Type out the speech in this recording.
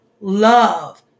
love